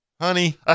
Honey